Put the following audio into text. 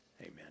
Amen